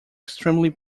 extremely